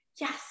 Yes